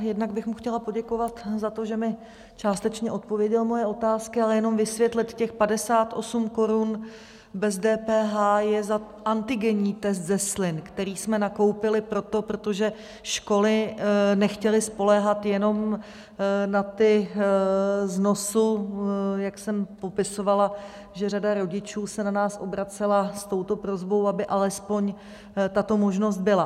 Jednak bych mu chtěla poděkovat za to, že mi částečně odpověděl moje otázky, ale jenom vysvětlit těch 58 korun bez DPH je za antigenní test ze slin, který jsme nakoupili proto, protože školy nechtěly spoléhat jenom na ty z nosu, jak jsem popisovala, že řada rodičů se na nás obracela s touto prosbou, aby alespoň tato možnost byla.